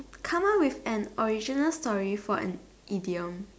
come up with an original story for an idiom